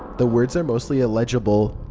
the words are mostly illegible.